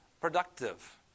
productive